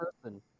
person